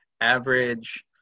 average